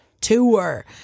tour